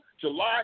July